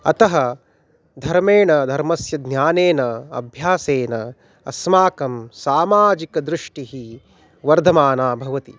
अतः धर्मेण धर्मस्य ज्ञानेन अभ्यासेन अस्माकं सामाजिकदृष्टिः वर्धमाना भवति